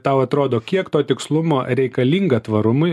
tau atrodo kiek to tikslumo reikalinga tvarumui